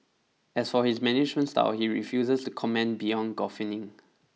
as for his management style he refuses to comment beyond guffawing